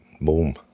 boom